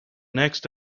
next